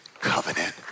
covenant